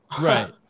right